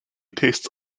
tastes